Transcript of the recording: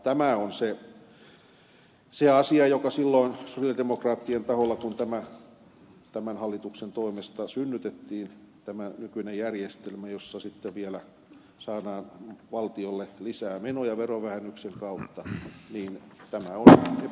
tämä on se asia josta silloin sosialidemokraattien taholta todettiin kun tämä tämän hallituksen toimesta synnytettiin tämä nykyinen järjestelmä jossa sitten vielä saadaan valtiolle lisää menoja verovähennyksen kautta että tämä on epäoikeudenmukaista